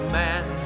man